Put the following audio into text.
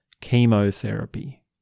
chemotherapy